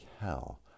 hell